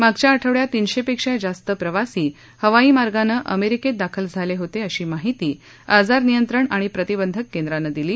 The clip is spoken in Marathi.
मागच्या आठवङ्यात तीनशेपेक्षा जास्त प्रवासी हवाई मार्गाने अमेरिकेत दाखल झाले होते अशी माहिती आजार नियंत्रण आणि प्रतिबंधक केंद्राने दिली